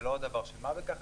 זה לא דבר של מה בכך,